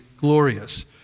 glorious